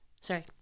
Sorry